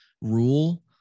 rule